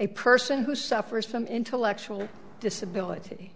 a person who suffers from intellectual disability